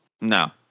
No